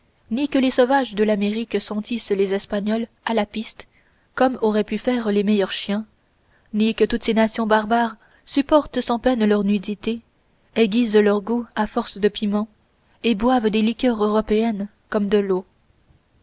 ni que les sauvages de l'amérique sentissent les espagnols à la piste comme auraient pu faire les meilleurs chiens ni que toutes ces nations barbares supportent sans peine leur nudité aiguisent leur goût à force de piment et boivent des liqueurs européennes comme de l'eau